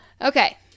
Okay